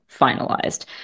finalized